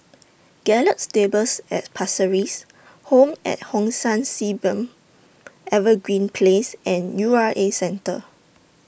Gallop Stables At Pasir Ris Home At Hong San Sea Beam Evergreen Place and U R A Centre